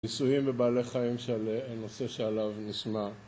ניסויים בבעלי חיים, הנושא שעליו נשמע